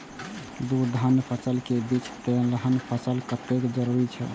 दू धान्य फसल के बीच तेलहन फसल कतेक जरूरी छे?